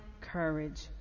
courage